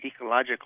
ecologically